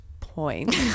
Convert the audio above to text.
point